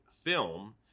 film